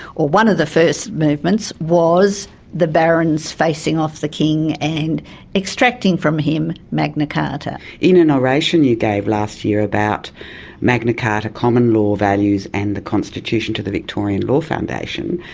or one of the first movements was the barons facing off the king and extracting from him magna carta. in an oration you gave last year about magna carta common-law values and the constitution to the victorian law foundation,